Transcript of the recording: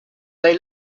they